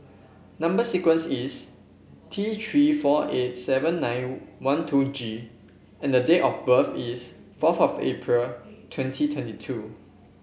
number sequence is T Three four eight seven nine one two G and the date of birth is fourth of April twenty twenty two